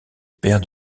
père